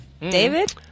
David